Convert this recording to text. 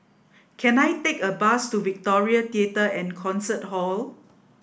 can I take a bus to Victoria Theatre and Concert Hall